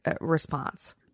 response